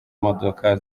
modoka